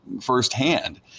firsthand